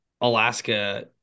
Alaska